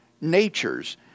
natures